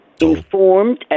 informed